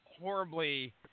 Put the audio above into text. horribly